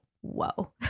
whoa